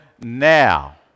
now